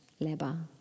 Leba